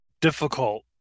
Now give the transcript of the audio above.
difficult